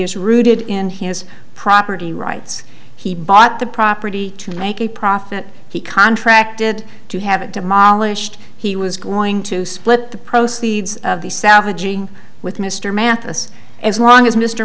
is rooted in his property rights he bought the property to make a profit he contracted to have it demolished he was going to split the proceeds of the savaging with mr mathis as long as mr